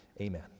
Amen